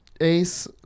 Ace